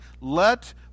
let